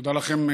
תודה לכם,